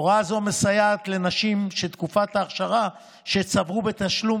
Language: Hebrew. הוראה זו מסייעת לנשים שתקופת האכשרה שצברו בתשלום